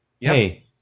Hey